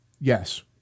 Yes